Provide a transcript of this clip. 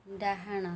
ଡାହାଣ